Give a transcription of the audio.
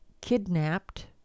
kidnapped